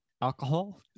Alcohol